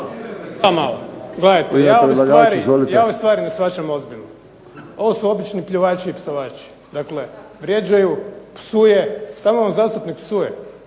Ja ove stvari ne shvaćam ozbiljno. Ovo su obični pljuvači i psovači. Dakle, vrijeđaju, psuje. Tamo vam zastupnik psuje.